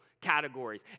categories